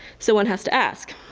so, one has to ask,